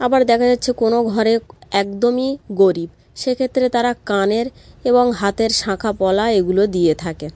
আবার দেখা যাচ্ছে কোনও ঘরে একদমই গরিব সেক্ষেত্রে তারা কানের এবং হাতের শাঁখা পলা এগুলো দিয়ে থাকে